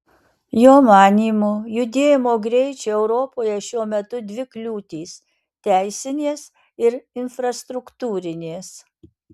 jo manymu judėjimo greičiui europoje šiuo metu dvi kliūtys teisinės ir infrastruktūrinės